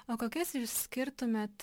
o kokias išskirtumėt